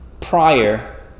prior